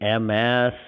MS